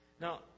Now